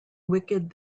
wicked